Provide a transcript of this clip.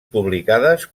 publicades